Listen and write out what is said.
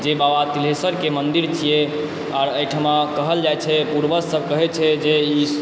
जे बाबा तिल्हेश्वरके मन्दिर छियै आओर अहिठमा कहल जाइ छै पूर्वजसभ कहय छै जे ई